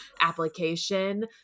application